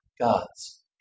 God's